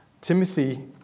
Timothy